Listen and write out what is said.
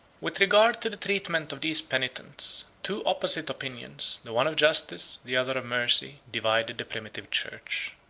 with regard to the treatment of these penitents, two opposite opinions, the one of justice, the other of mercy, divided the primitive church.